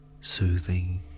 soothing